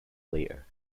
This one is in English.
later